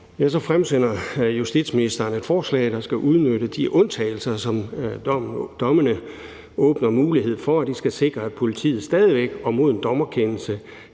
fremsætter justitsministeren et forslag, der skal udnytte de undtagelser, som dommene åbner mulighed for, og de skal sikre, at politiet stadig væk og mod en dommerkendelse